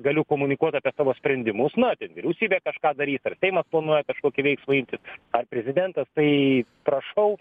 galiu komunikuot apie savo sprendimus na ten vyriausybė kažką darys ar seimas planuoja kažkokį veiksmą imtis ar prezidentas tai prašau